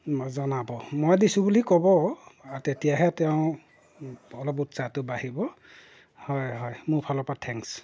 জনাব মই দিছোঁ বুলি ক'ব তেতিয়াহে তেওঁ অলপ উচ্ছাসটো বাঢ়িব হয় হয় মোৰ ফালৰপৰা থেংকছ